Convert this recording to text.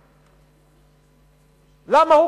למה?